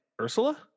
ursula